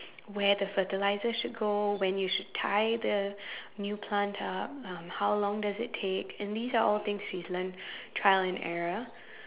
where the fertilizer should go when you should tie the new plant up um how long does it takes and these are all things she's learnt trial and error